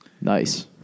Nice